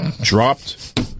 dropped